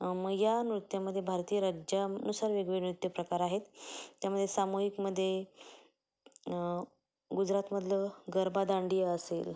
मग या नृत्यामध्ये भारतीय राज्यानुसार वेगवेगळे नृत्यप्रकार आहेत त्यामध्ये सामूहिकमध्ये गुजरातमधलं गरबा दांडिया असेल